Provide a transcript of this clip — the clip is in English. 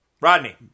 Rodney